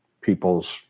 people's